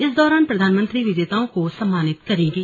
इस दौरान प्रधानमंत्री विजेताओं को सम्मानित करेंगे